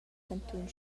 cantun